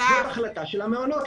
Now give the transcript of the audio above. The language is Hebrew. זאת החלטה של המעונות,